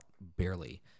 barely